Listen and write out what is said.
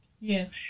Yes